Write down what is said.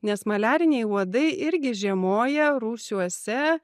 nes maliariniai uodai irgi žiemoja rūsiuose